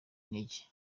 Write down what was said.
intege